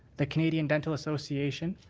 the canadian dental association,